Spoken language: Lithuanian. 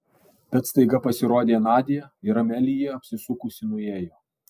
bet staiga pasirodė nadia ir amelija apsisukusi nuėjo